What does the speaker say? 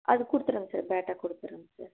அது குத்துவிடுறங்க சார் பேட்டா கொடுத்துடுறங்க சார்